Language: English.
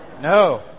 No